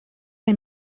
est